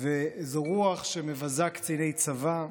זו רוח שמבזה קציני צבא.